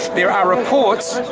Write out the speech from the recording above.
there are reports,